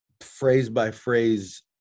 phrase-by-phrase